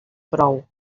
prou